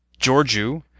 Georgiou